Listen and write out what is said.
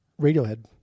Radiohead